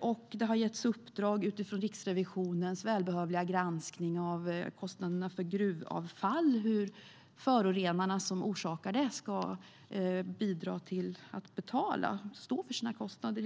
och det har getts uppdrag utifrån Riksrevisionens välbehövliga granskning av kostnaderna för gruvavfall, hur förorenarna som orsakar det ska bidra till att betala, helt enkelt stå för sina kostnader.